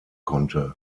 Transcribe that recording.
konnte